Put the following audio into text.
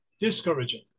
discouraging